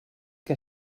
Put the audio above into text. que